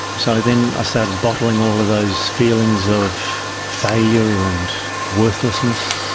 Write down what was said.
so then i started bottling all of those feelings of failure and worthlessness,